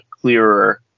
clearer